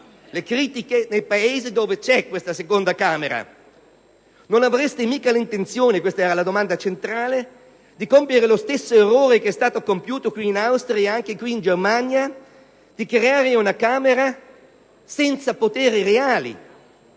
critiche nei Paesi dove c'è questa seconda Camera. Non avrete mica l'intenzione - questa era la domanda centrale - di compiere lo stesso errore che è stato compiuto in Austria ed anche in Germania, di creare cioè una Camera senza reali